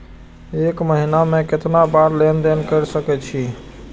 एक महीना में केतना बार लेन देन कर सके छी?